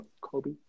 Kobe